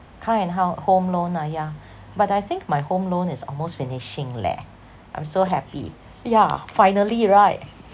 car and hou~ home loan ah yeah but I think my home loan is almost finishing leh I'm so happy yeah finally right